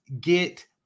get